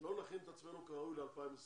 לא נכין את עצמנו כראוי ל-2021,